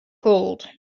called